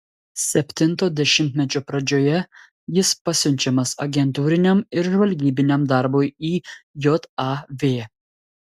septinto dešimtmečio pradžioje jis pasiunčiamas agentūriniam ir žvalgybiniam darbui į jav